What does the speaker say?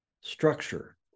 structure